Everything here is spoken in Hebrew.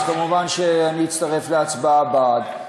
אז מובן שאני אצטרף להצבעה בעד,